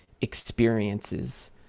experiences